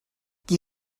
qui